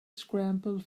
scrambled